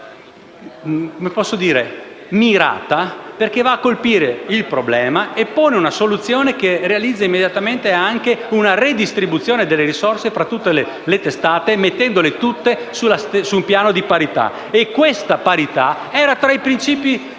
estremamente "mirata", perché va a colpire il problema e propone una soluzione che realizza immediatamente una redistribuzione delle risorse tra tutte le testate, mettendole tutte su un piano di parità. Proprio questa parità era tra i principi